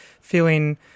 feeling